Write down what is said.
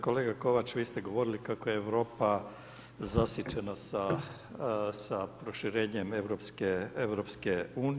Kolega Kovač, vi ste govorili kako je Europa zasićena sa proširenjem EU.